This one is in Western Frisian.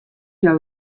hja